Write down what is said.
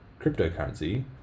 cryptocurrency